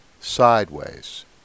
sideways